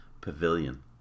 pavilion